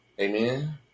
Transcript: Amen